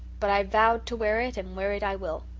but i vowed to wear it and wear it i will.